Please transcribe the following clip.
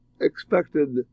expected